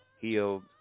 healed